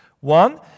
One